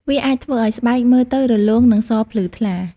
វាអាចធ្វើឱ្យស្បែកមើលទៅរលោងនិងសភ្លឺថ្លា។